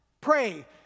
Pray